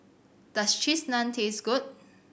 does Cheese Naan taste good